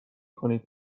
کنید